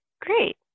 great